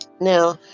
Now